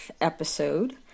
episode